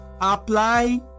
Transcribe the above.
Apply